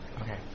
Okay